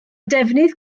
defnydd